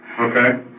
Okay